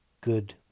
good